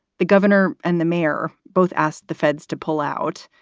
the governor and the mayor both asked the feds to pull out.